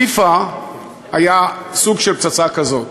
פיפ"א היה סוג של פצצה כזאת.